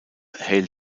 hale